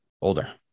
older